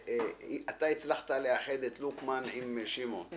הצלחת לאחד את לוקמן עם שמעון,